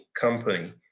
company